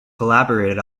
collaborated